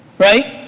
right?